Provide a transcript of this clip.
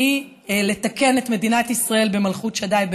שהיא לתקן את מדינת ישראל במלכות שדי,